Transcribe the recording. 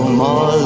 more